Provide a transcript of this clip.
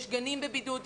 יש גנים בבידוד,